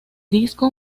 disco